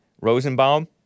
Rosenbaum